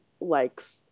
likes